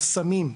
על הסמים,